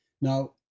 Now